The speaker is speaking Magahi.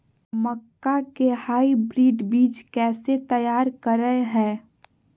मक्का के हाइब्रिड बीज कैसे तैयार करय हैय?